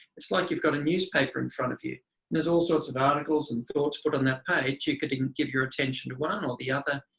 it's like you've got a newspaper in front of you, and there's all sorts of articles and thoughts put on that page, you could give your attention to one or the other.